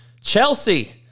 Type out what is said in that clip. Chelsea